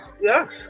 yes